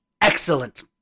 excellent